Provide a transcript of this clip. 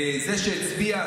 זה שהצביע,